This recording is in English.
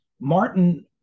Martin